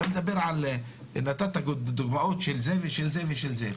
אתה מדבר, נתת דוגמאות של זה ושל זה ושל זה.